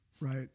right